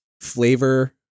flavor